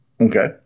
Okay